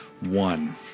One